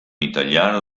italiano